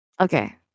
Okay